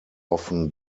often